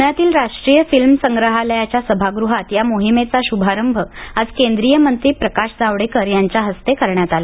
पुण्यातीलराष्ट्रीय film संग्रहालयाच्या सभागृहात या मोहीमेचा श्भारंभ आज केंद्रीय मंत्री प्रकाश जावडेकर यांच्या हस्ते करण्यात आला